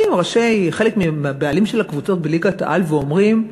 באים חלק מהבעלים של הקבוצות בליגת-העל ואומרים: